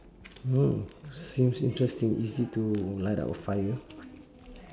oh seems interesting is it to light up a fire